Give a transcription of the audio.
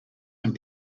and